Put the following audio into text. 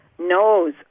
Knows